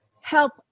help